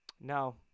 No